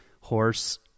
horse